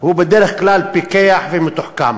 הוא בדרך כלל פיקח ומתוחכם.